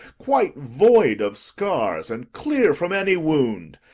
quite void of scars and clear from any wound,